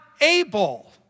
able